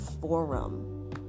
forum